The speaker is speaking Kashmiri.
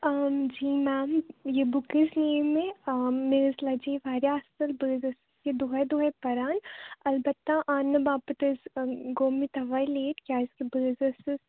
آں جی میم یہِ بُک حظ نِیے مےٚ آں مےٚ حظ لٔج یہِ واریاہ اصٕل بہٕ حظ ٲسٕس یہِ دُۄہےٚ دُۄہےٚ پَران البتہ اَننہٕ باپتھ حظ گوٚومےٚ توے لیٹ کیازِکہِ بہٕ حظ ٲسٕس